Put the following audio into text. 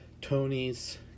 Tony's